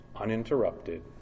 uninterrupted